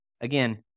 again